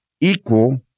equal